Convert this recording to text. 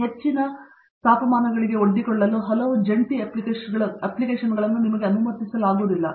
ಮತ್ತು ಹೆಚ್ಚಿನ ಎತ್ತರದ ತಾಪಮಾನಗಳಿಗೆ ಒಡ್ಡಿಕೊಳ್ಳಲು ಹಲವು ಜಂಟಿ ಅಪ್ಲಿಕೇಷನ್ಗಳನ್ನು ನೀವು ಅನುಮತಿಸಲಾಗುವುದಿಲ್ಲ